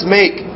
make